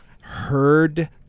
heard